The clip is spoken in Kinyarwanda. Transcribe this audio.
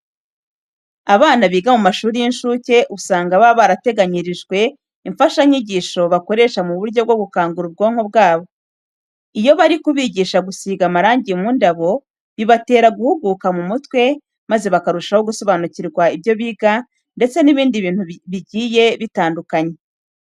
Abana biga mu mashuri y'incuke usanga baba barateganyirijwe imfashanyigisho bakoresha mu buryo bwo gukangura ubwonko bwabo. Iyo bari kubigisha gusiga amarangi mu ndabo, bibatera guhuguka mu mutwe maze bakarushaho gusobanukirwa ibyo biga ndetse n'ibindi bintu bigiye bitandukanye.